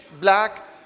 black